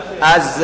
זה: עד סוף העולם.